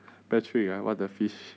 patrick ah what the fish